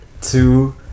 two